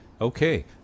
Okay